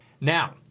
Now